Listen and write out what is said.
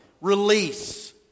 Release